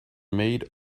made